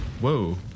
Whoa